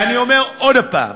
ואני אומר עוד פעם: